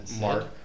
Mark